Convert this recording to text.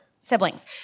siblings